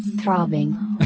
throbbing